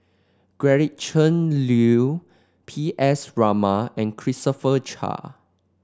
Gretchen Liu P S Raman and Christopher Chia